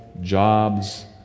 jobs